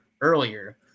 earlier